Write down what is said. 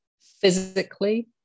physically